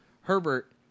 Herbert